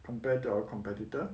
compared to our competitor